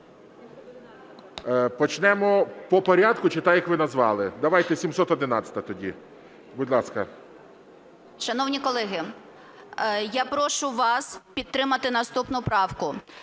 Почнемо по порядку чи так, як ви назвали? Давайте 711-а тоді. Будь ласка. 13:39:29 ФРІЗ І.В. Шановні колеги, я прошу вас підтримати наступну правку.